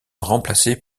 remplacé